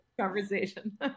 conversation